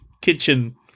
kitchen